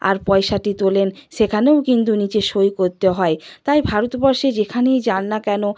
আর পয়সাটি তোলেন সেখানেও কিন্তু নিচে সই করতে হয় তাই ভারতবর্ষে যেখানেই যান না কেন